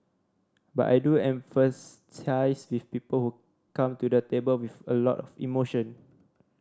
but I do empathise with people come to the table with a lot of emotion